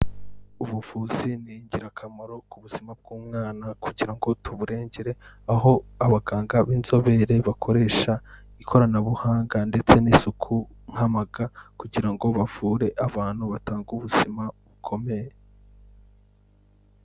Ubuvuzi ni ingirakamaro ku buzima bw'umwana kugira ngo tuburengere, aho abaganga b'inzobere bakoresha ikoranabuhanga ndetse n'isuku nk'amaga kugira ngo bavure abantu, batange ubuzima bukomeye.